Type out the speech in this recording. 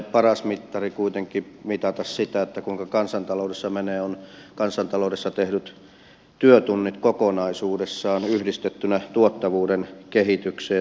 paras mittari kuitenkin mitata sitä kuinka kansantaloudessa menee on kansantaloudessa tehdyt työtunnit kokonaisuudessaan yhdistettynä tuottavuuden kehitykseen